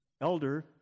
elder